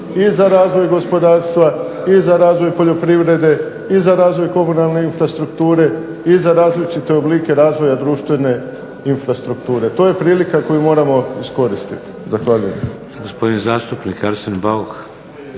i za razvoj gospodarstva i za razvoj poljoprivrede i za razvoj komunalne infrastrukture i za različite oblike razvoja društvene infrastrukture. To je prilika koju moramo iskoristiti. Zahvaljujem.